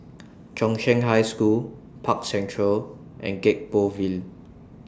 Chung Cheng High School Park Central and Gek Poh Ville